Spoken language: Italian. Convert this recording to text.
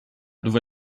dove